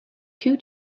two